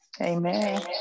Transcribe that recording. Amen